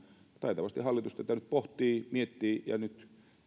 taitavasti hallitus tätä nyt pohtii miettii ja nyt todennäköisesti